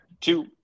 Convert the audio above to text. two